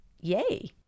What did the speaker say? Yay